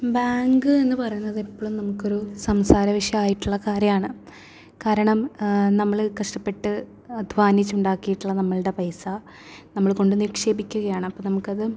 bank എന്ന് പറയുന്നത് എപ്പോഴും നമുക്കൊരു സംസാരവിഷയം ആയിട്ടുള്ളൊരു കാര്യമാണ് കാരണം നമ്മൾ കഷ്ടപ്പെട്ട് അദ്ധ്വാനിച്ച് ഉണ്ടാക്കിയിട്ടുള്ള നമ്മളുടെ പൈസ നമ്മൾ കൊണ്ട് നിക്ഷേപിക്കുകയാണ് അപ്പോൾ നമുക്കത്